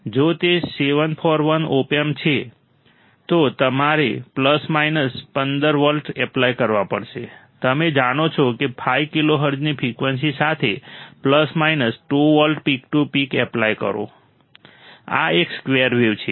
જો તે 741 op amp છે તો તમારે પ્લસ માઇનસ 15 વોલ્ટ એપ્લાય કરવા પડશે તમે જાણો છો કે 5 કિલોહર્ટ્ઝની ફ્રિકવન્સી સાથે plus minus 2 volt peak to peak apply કરો આ એક સ્કવેર વેવ છે